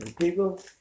People